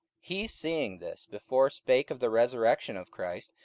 he seeing this before spake of the resurrection of christ,